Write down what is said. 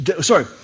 sorry